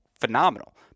phenomenal